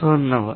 ধন্যবাদ